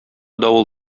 давыл